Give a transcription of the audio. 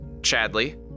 Chadley